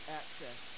access